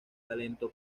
talento